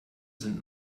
sind